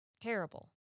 terrible